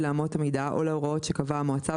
לאמות המידה או להוראות שקבעה המועצה,